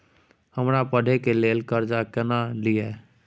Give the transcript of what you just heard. हमरा पढ़े के लेल कर्जा केना लिए?